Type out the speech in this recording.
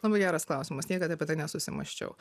labai geras klausimas niekad apie tai nesusimąsčiau